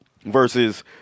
Versus